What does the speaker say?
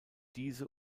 diese